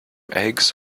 eggs